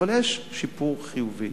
אבל יש שיפור חיובי,